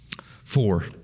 Four